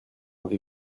avez